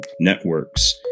networks